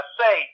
say